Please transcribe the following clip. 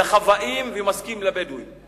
לבקשות החוואים ומסכים לדרישות הבדואים.